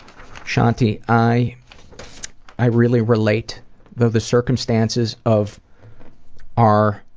shanti, i i really relate, though the circumstances of our